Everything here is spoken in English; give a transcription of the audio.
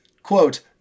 Quote